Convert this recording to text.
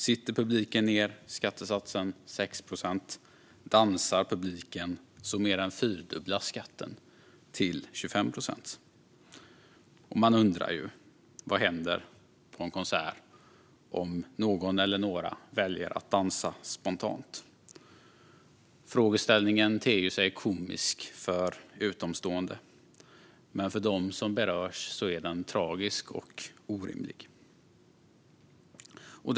Om publiken sitter ned är skattesatsen 6 procent. Om publiken dansar mer än fyrdubblas skatten till 25 procent. Man undrar ju vad som händer vid en konsert om någon eller några väljer att dansa spontant. Frågeställningen ter sig komisk för utomstående, men för dem som berörs är det här tragiskt och orimligt.